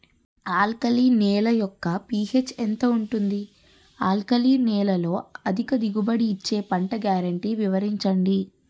Alkali నేల యెక్క pH ఎంత ఉంటుంది? ఆల్కలి నేలలో అధిక దిగుబడి ఇచ్చే పంట గ్యారంటీ వివరించండి?